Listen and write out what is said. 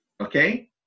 okay